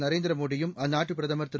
நரேந்திர மோடியும் அந்நாட்டு பிரதமர் திரு